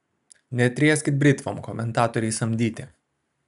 netrieskit britvom komentatoriai samdyti